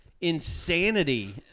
insanity